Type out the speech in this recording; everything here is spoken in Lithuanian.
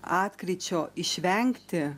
atkryčio išvengti